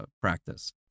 practice